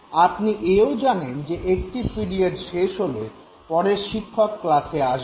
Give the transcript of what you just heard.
আপনি এও জানেন যে একটি পিরিয়ড শেষ হলে পরের শিক্ষক ক্লাসে আসবেন